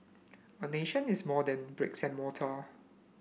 a nation is more than bricks and mortar